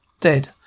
Dead